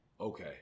Okay